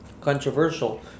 controversial